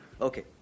okay